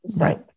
Right